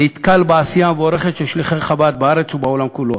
נתקל בעשייה המבורכת של שליחי חב"ד בארץ ובעולם כולו.